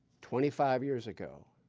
twenty-five years ago,